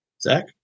Zach